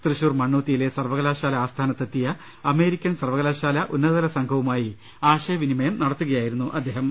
തൃശൂർ മണ്ണുത്തിയിലെ സർവ കലാശാലാ ആസ്ഥാനത്തെത്തിയ അമേരിക്കൻ സർവകലാശാല ഉന്നതതല സംഘവുമായി ആശയവിനിമയം നടത്തുകയായിരുന്നു അദ്ദേഹം